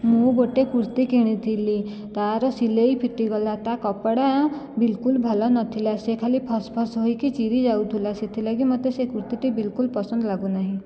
ମୁଁ ଗୋଟିଏ କୁର୍ତ୍ତି କିଣିଥିଲି ତା'ର ସିଲେଇ ଫିଟିଗଲା ତା' କପଡ଼ା ବିଲକୁଲ ଭଲନଥିଲା ସେ ଖାଲି ଫସ୍ଫସ୍ ହୋଇକି ଚିରି ଯାଉଥିଲା ସେଥିଲାଗି ମୋତେ ସେ କୁର୍ତ୍ତିଟି ବିଲକୁଲ ପସନ୍ଦ ଲାଗୁନାହିଁ